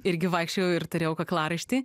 irgi vaikščiojau ir turėjau kaklaraištį